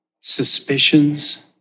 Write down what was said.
suspicions